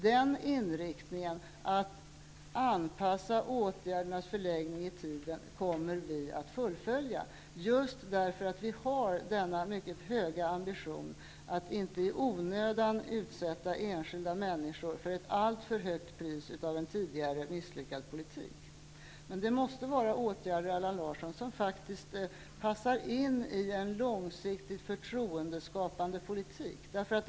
Den inriktningen, att anpassa åtgärdernas förläggning i tiden, kommer vi att fullfölja just därför att vi har den mycket höga ambitionen att inte i onödan utsätta enskilda människor för att betala ett alltför högt pris för en tidigare, misslyckad politik. Men det måste vara åtgärder, Allan Larsson, som passar in i en långsiktigt förtroendeskapande politik.